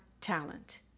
talent